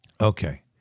Okay